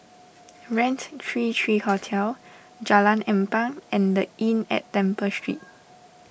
Raintr three three Hotel Jalan Ampang and the Inn at Temple Street